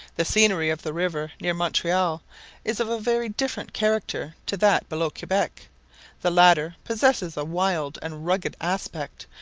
the scenery of the river near montreal is of a very different character to that below quebec the latter possesses a wild and rugged aspect,